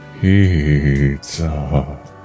pizza